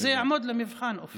וזה יעמוד למבחן, אופיר.